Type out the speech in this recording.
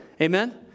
Amen